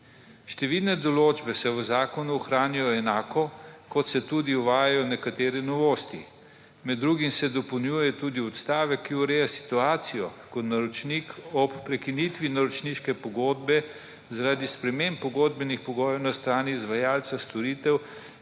Številne odločbe se v zakonu ohranijo enako, kot se tudi uvajajo nekatere novosti. Med drugim se dopolnjuje tudi odstavek, ki ureja situacijo, ko naročnik ob prekinitvi naročniške pogodbe zaradi sprememb pogodbenih pogojev na strani izvajalca storitev